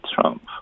Trump